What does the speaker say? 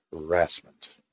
harassment